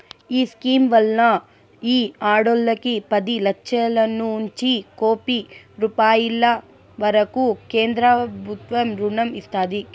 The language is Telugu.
ఈ స్కీమ్ వల్ల ఈ ఆడోల్లకి పది లచ్చలనుంచి కోపి రూపాయిల వరకూ కేంద్రబుత్వం రుణం ఇస్తాది